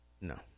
no